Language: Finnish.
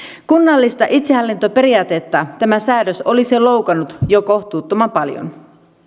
kunnallista itsehallintoperiaatetta tämä säädös olisi loukannut jo kohtuuttoman paljon